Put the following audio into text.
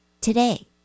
today